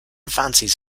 fancies